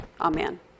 Amen